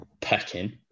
pecking